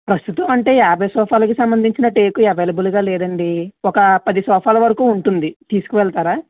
ప్రస్తుతం అంటే యాభై సోఫ లకి సంబంధించిన టేకు అవైలబుల్ గా లేదండి ఒక పది సోఫాలు వరకు ఉంటుంది తీసుకువెళ్తారా